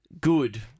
good